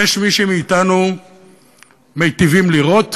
יש מי מאתנו שמיטיבים לראות,